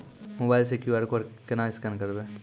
Mobile से QR code केना scan करबै?